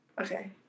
Okay